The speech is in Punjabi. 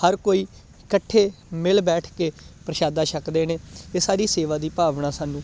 ਹਰ ਕੋਈ ਇਕੱਠੇ ਮਿਲ ਬੈਠ ਕੇ ਪ੍ਰਸ਼ਾਦਾ ਛਕਦੇ ਨੇ ਇਹ ਸਾਰੀ ਸੇਵਾ ਦੀ ਭਾਵਨਾ ਸਾਨੂੰ